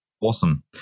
Awesome